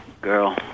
girl